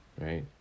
right